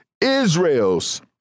Israel's